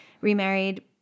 remarried